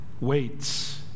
waits